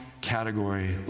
category